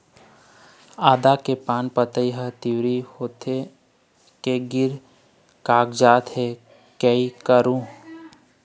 आदा के पान पतई हर पिवरी होथे के गिर कागजात हे, कै करहूं?